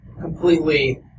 completely